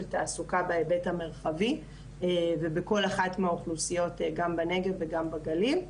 תעסוקה בהיבט המרחבי ובכל אחת מהאוכלוסיות גם בנגב וגם בגליל.